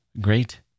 great